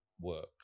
work